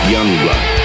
Youngblood